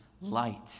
light